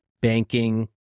banking